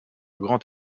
grand